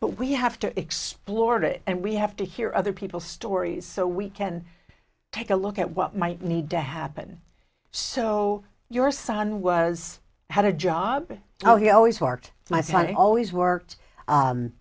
but we have to explore it and we have to hear other people's stories so we can take a look at what might need to happen so your son was had a job oh he always worked my son always worked